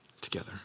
together